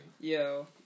Yo